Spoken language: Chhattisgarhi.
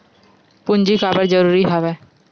पूंजी काबर जरूरी हवय?